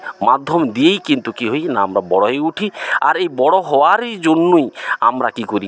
মাধ্যম দিয়েই কিন্তু কী হয়েছে না আমরা বড়ো হয়ে উঠি আর এই বড়ো হওয়ারই জন্যই আমরা কী করি